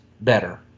better